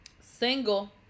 Single